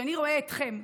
כשאני רואה אתכם,